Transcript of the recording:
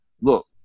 look